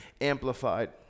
Amplified